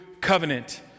covenant